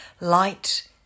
light